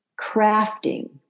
crafting